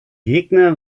gegner